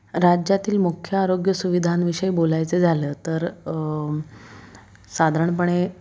राज्यातील मुख्य आरोग्य सुविधांविषयी बोलायचे झालं तर साधारणपणे